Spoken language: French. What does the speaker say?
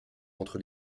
entre